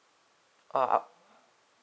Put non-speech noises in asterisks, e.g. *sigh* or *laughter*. oh *noise*